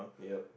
yup